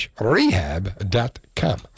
Rehab.com